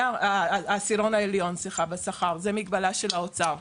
זו מגבלה של האוצר.